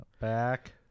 back